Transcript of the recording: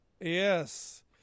Yes